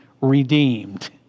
redeemed